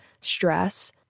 stress